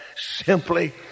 simply